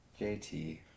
JT